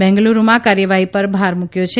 બેંગલુરૂમાં કાર્યવાહી પર ભાર મૂક્યો છે